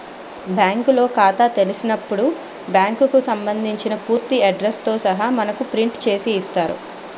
బ్యాంకులో ఖాతా తెలిసినప్పుడు బ్యాంకుకు సంబంధించిన పూర్తి అడ్రస్ తో సహా మనకు ప్రింట్ చేసి ఇస్తారు